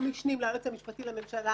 גם משנים ליועץ המשפטי לממשלה